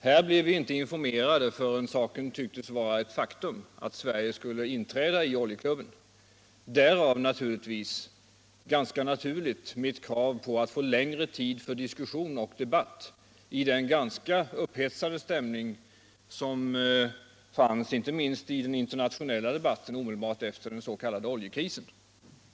Här blev vi inte informerade förrän det tycktes vara ett faktum att Sverige skulle inträda i Oljeklubben — därav ganska naturligt mitt krav att få längre tid för diskussion och debatt i den ganska upphetsade stämning som rådde inte minst i den internationella debatten omedelbart efter den s.k. oljekrisen.